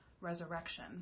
resurrection